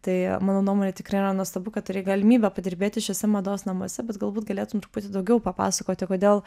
tai mano nuomone tikrai yra nuostabu kad turėjai galimybę padirbėti šiuose mados namuose bet galbūt galėtum truputį daugiau papasakoti kodėl